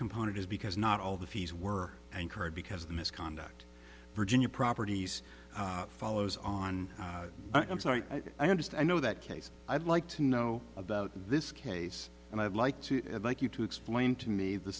component is because not all the fees were incurred because the misconduct virginia properties follows on i'm sorry i just i know that case i'd like to know about this case and i'd like to like you to explain to me the